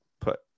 put